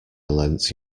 lent